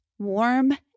warm